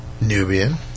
Nubian